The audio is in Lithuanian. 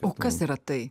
o kas yra tai